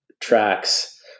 tracks